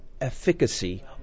efficacy